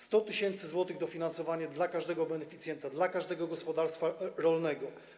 100 tys. zł dofinansowania dla każdego beneficjenta, dla każdego gospodarstwa rolnego.